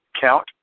count